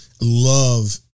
Love